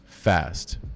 fast